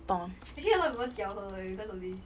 actually a lot of poeple tiao her because of this